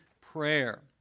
prayer